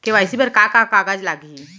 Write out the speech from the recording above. KYC बर का का कागज लागही?